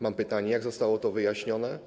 Mam pytanie: Jak zostało to wyjaśnione?